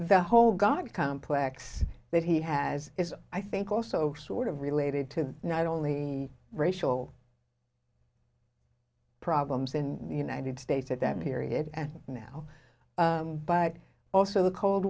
the whole god complex that he has is i think also sort of related to not only racial problems in the united states at that period and now but also the cold